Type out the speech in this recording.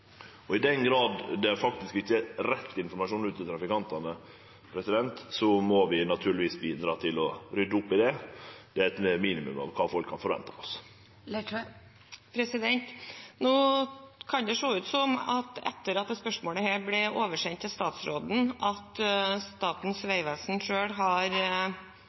I den grad det ikkje er rett informasjon ut til trafikantane, må vi naturlegvis bidra til å rydde opp i det. Det er eit minimum av kva folk kan forvente av oss. Det kan se ut som at etter at dette spørsmålet ble oversendt til statsråden, så har Statens vegvesen